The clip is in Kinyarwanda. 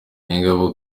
ingabo